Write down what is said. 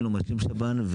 אין לו משלים שב"ן,